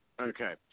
Okay